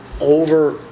over